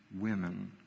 women